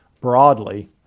broadly